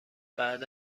بعدا